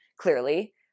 clearly